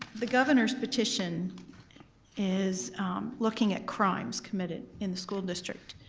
the governor's petition is looking at crimes committed in the school district.